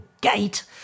Gate